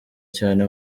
cyane